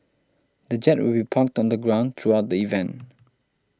the jet will be parked on the ground throughout the event